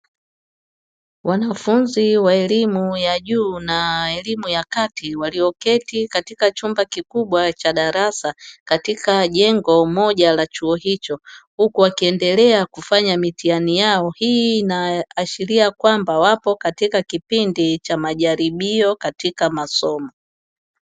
Wanafunzi wa elimu ya juu na elimu ya kati walioketi katika chumba kikubwa cha darasa katika jengo moja la chuo hicho, huku wakiendelea kufanya mitihani yao hii inaashiria kwamba wapo katika kipindi cha majaribio katika masomo.